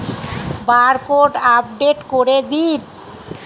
Barcode update করে দিন?